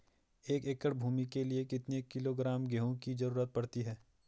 एक एकड़ भूमि के लिए कितने किलोग्राम गेहूँ की जरूरत पड़ती है?